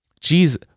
Jesus